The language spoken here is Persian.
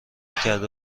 کرده